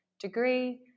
degree